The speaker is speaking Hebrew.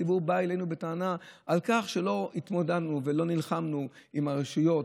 הציבור בא אלינו בטענה על כך שלא התמודדנו ולא נלחמנו עם הרשויות,